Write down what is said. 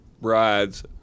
bride's